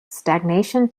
stagnation